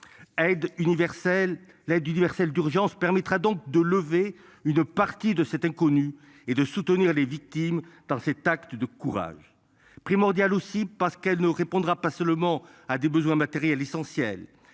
l'aide universelle d'urgence permettra donc de lever une partie de cet inconnu et de soutenir les victimes dans cet acte de courage primordial aussi parce qu'elle ne répondra pas seulement à des besoins matériels essentiels.